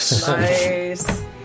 Nice